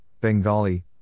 Bengali